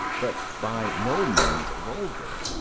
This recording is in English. but by no means vulgar.